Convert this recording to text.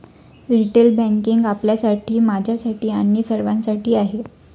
retail banking आपल्यासाठी, माझ्यासाठी आणि सर्वांसाठी आहे